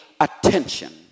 attention